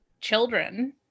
children